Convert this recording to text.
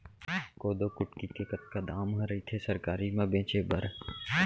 कोदो कुटकी के कतका दाम ह रइथे सरकारी म बेचे बर?